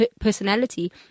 personality